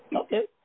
Okay